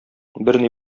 берни